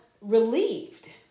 relieved